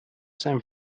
san